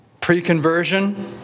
Pre-conversion